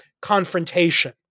confrontation